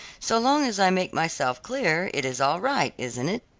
so long as i make myself clear, it is all right, isn't it?